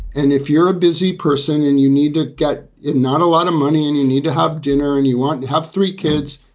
and if you're a busy person and you need to get it, not a lot of money and you need to have dinner and you want to have three kids,